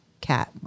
cat